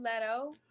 leto